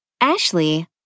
Ashley